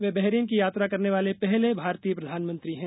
वे Bahrain की यात्रा करने वाले पहले भारतीय प्रधानमंत्री हैं